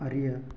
அறிய